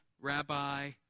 Rabbi